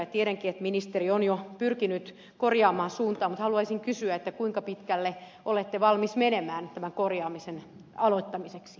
tiedänkin että ministeri on jo pyrkinyt korjaamaan suuntaa mutta haluaisin kysyä kuinka pitkälle olette valmis menemään tämän korjaamisen aloittamiseksi